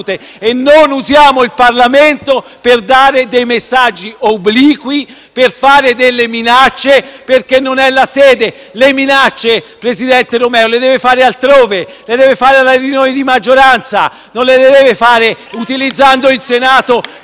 e non usiamo il Parlamento per dare messaggi obliqui e per fare delle minacce, perché non è questa la sede. Le minacce, presidente Romeo, le deve fare altrove, le deve fare nelle riunioni di maggioranza, non le deve fare utilizzando il Senato